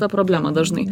tą problemą dažnai